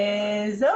וכולי.